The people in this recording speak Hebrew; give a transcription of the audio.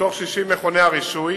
מתוך 60 מכוני הרישוי,